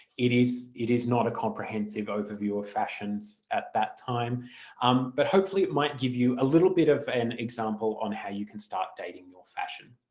it is it is not a comprehensive overview of fashions at that time um but hopefully it might give you a little bit of an example on how you can start dating fashion.